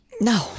No